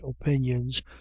opinions